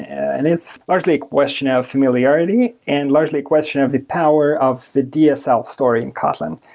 and it's largely a question of familiarity and largely a question of the power of the dsl story in kotlin.